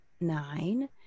nine